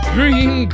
Green